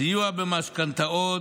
סיוע במשכנתאות,